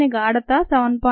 దీని గాఢత 7